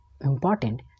important